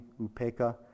upeka